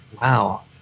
wow